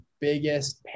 biggest